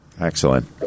Excellent